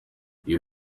you